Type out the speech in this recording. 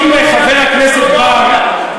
חבר הכנסת בר,